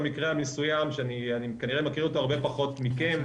למקרה המסוים שאני כנראה מכיר אותו הרבה פחות מכם.